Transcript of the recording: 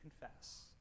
confess